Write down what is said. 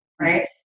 right